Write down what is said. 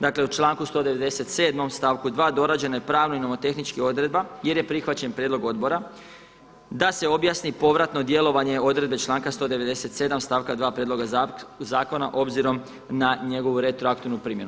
Dakle u članku 197. stavku 2. dorađeno je pravno i nomotehnički odredba jer je prihvaćen prijedlog odbora da se objasni povratno djelovanje odredbe članka 197. stavka 2. prijedloga zakona obzirom na njegovu retroaktivnu primjenu.